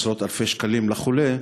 עשרות-אלפי שקלים לחולה,